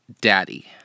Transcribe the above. daddy